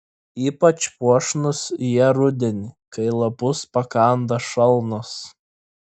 ypač puošnūs jie rudenį kai lapus pakanda šalnos